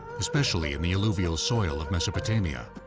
especially in the alluvial soil of mesopotamia.